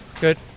good